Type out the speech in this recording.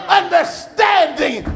understanding